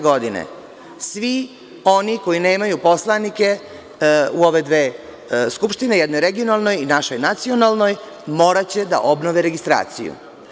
Godine 2017. svi oni koji nemaju poslanike u ove dve skupštine, jedna je regionalna i našoj nacionalnoj, moraće da obnove registraciju.